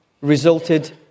resulted